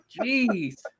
Jeez